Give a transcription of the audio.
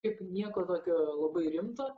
kaip nieko tokio labai rimto